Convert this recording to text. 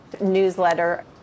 newsletter